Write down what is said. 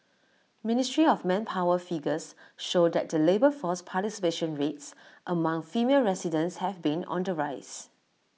ministry of manpower figures show that the labour force participation rates among female residents have been on the rise